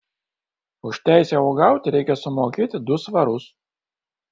už teisę uogauti reikia sumokėti du svarus